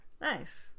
Nice